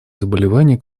заболеваний